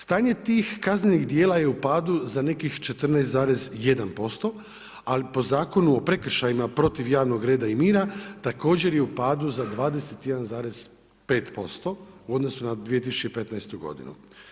Stanje tih kaznenih djela je u padu za nekih 14,1%, ali po zakonu o prekršajima protiv javnog reda i mira također je u padu za 21,5% u odnosu na 2015. godinu.